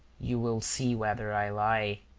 you will see whether i lie.